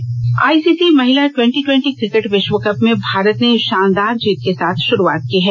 महिला cricket ICC महिला twenty twenty cricket विश्वकप में भारत ने शानदार जीत के साथ शुरुआत की है